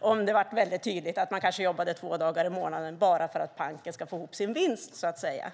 om det blev väldigt tydligt att de kanske jobbade två dagar i månaden bara för att banken ska få ihop sin vinst, så att säga.